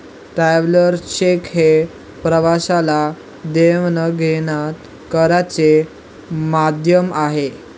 travellers cheque हे प्रवाशाला देवाणघेवाण करण्याचे माध्यम आहे